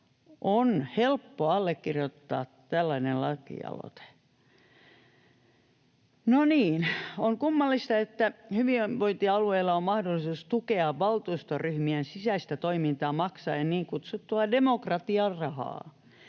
on helppo allekirjoittaa tällainen lakialoite. No, niin: On kummallista, että hyvinvointialueilla on mahdollisuus tukea valtuustoryhmien sisäistä toimintaa maksaen niin kutsuttua demokratiarahaa.